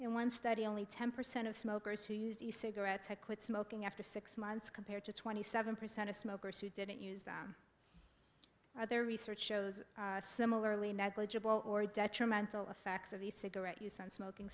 and one study only ten percent of smokers who used the cigarettes had quit smoking after six months compared to twenty seven percent of smokers who didn't use them or their research shows a similarly negligible or detrimental effects of the cigarette use on smoking